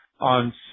on